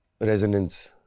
resonance